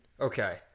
Okay